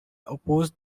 oppose